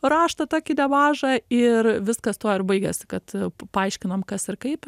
raštą tokį nemažą ir viskas tuo ir baigėsi kad paaiškinom kas ir kaip